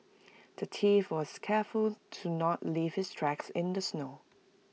the thief was careful to not leave his tracks in the snow